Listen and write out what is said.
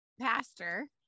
pastor